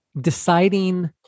deciding